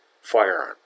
firearm